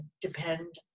depend